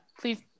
please